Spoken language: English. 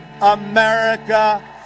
America